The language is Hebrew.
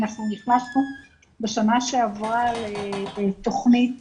אנחנו נכנסנו בשנה שעברה לתכנית